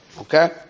Okay